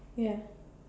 ya